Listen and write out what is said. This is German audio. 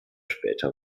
später